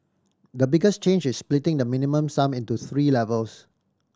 the biggest change is splitting the Minimum Sum into three levels